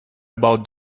about